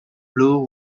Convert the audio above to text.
blue